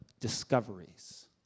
discoveries